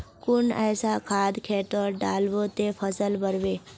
कुन ऐसा खाद खेतोत डालबो ते फसल बढ़बे?